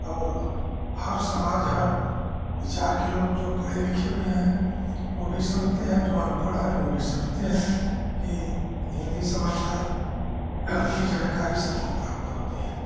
और हर समाज हर विचार के लोग जो पढ़े लिखे भी हैं वह भी समझते हैं जो अनपढ़ है वह भी समझते हैं कि हिन्दी समाचार की जानकारी सबको प्राप्त होती है